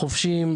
חובשים,